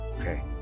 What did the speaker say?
okay